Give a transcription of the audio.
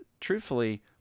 truthfully